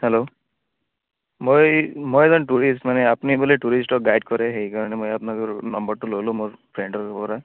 hello মই মই মানে টুৰিষ্ট মানে আপুনি বোলে টুৰিষ্টক গাইড কৰে সেইকাৰণে মই আপোনাক নম্বৰটো ল'লোঁ মোৰ ফ্ৰেণ্ডৰ পৰা